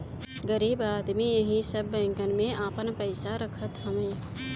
गरीब आदमी एही सब बैंकन में आपन पईसा रखत हवे